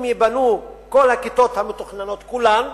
אם ייבנו כל הכיתות המתוכננות כולן,